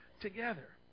together